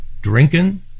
drinking